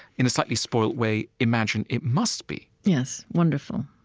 in a slightly spoiled way, imagine it must be yes. wonderful.